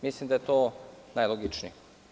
Mislim da je to najlogičnije.